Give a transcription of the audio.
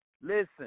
Listen